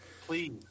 please